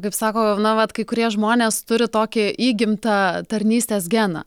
kaip sako na vat kai kurie žmonės turi tokį įgimtą tarnystės geną